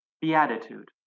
beatitude